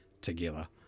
together